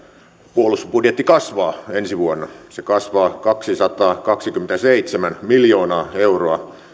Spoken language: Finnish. puolustusbudjetti kasvaa ensi vuonna se kasvaa kaksisataakaksikymmentäseitsemän miljoonaa euroa